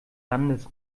landes